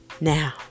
now